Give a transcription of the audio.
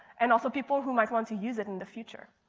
and also people who might want to use it in the future.